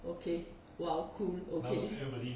okay !wow! cool okay